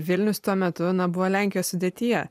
vilnius tuo metu na buvo lenkijos sudėtyje